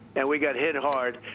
and we got hit hard.